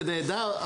זה נהדר,